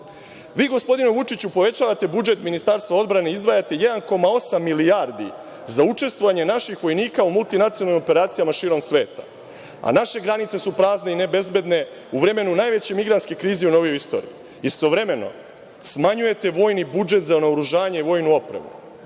gospodine Vučiću, povećavate budžet Ministarstva odbrane i izdvajate 1,8 milijardi za učestvovanje naših vojnika u multinacionalnim operacijama širom sveta, a naše granice su prazne i nebezbedne u vremenu najveće migrantske krize i u novoj istoriji. Istovremeno, smanjujete vojni budžet za naoružanje i vojnu opremu.